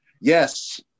Yes